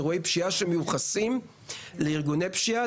אירועי פשיעה שמיוחסים לארגוני פשיעה,